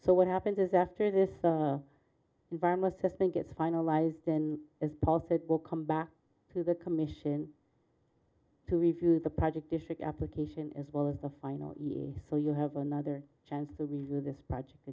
so what happens is after this environment think it's finalized and as paul said it will come back to the commission to review the project district application as well as the final so you have another chance to review this project